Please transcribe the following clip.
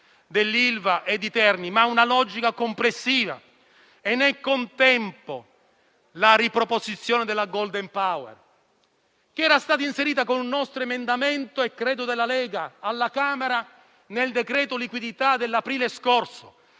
dell'Ilva e di Terni, ma una logica complessiva), e nel contempo la riproposizione del *golden power*, che era stato inserito con un emendamento nostro e credo della Lega alla Camera nel decreto-legge liquidità dell'aprile scorso,